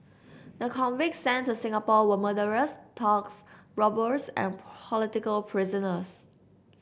the convicts sent to Singapore were murderers thugs robbers and political prisoners